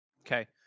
Okay